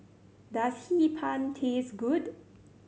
does Hee Pan taste good